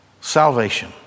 Salvation